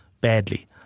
badly